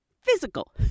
physical